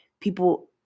people